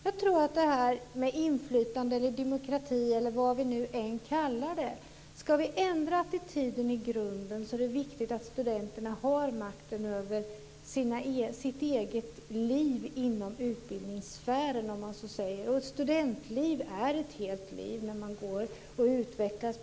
Jag tror vad gäller det här med inflytande, demokrati eller vad vi nu än kallar det, att vi ska ändra attityden i grunden, för det är viktigt att studenterna har makten över sitt eget liv inom utbildningssfären. Studentliv är ett helt liv - man går och utvecklas.